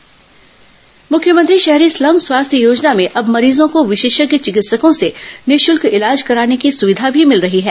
शहरी स्लम स्वास्थ्य योजना मुख्यमंत्री शहरी स्लम स्वास्थ्य योजना में अब मरीजों को विशेषज्ञ चिकित्सकों से निःशुल्क इलाज कराने की सुविधा मी मिल रही है